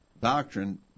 doctrine